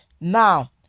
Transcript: now